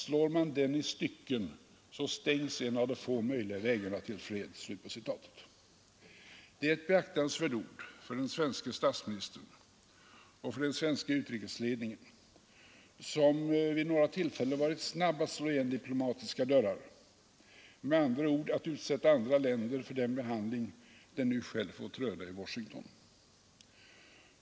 ”Slår man den i stycken så stängs en av de få möjliga vägarna till fred.” Det är ett beaktansvärt ord för den svenske statsministern och för den svenska utrikesledningen, som vid några tillfällen varit snabb att slå igen diplomatiska dörrar, med andra ord att utsätta andra länder för den behandling som den nu själv fått röna i Washington.